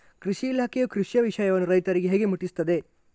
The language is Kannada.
ಕೃಷಿ ಇಲಾಖೆಯು ಕೃಷಿಯ ವಿಷಯವನ್ನು ರೈತರಿಗೆ ಹೇಗೆ ಮುಟ್ಟಿಸ್ತದೆ?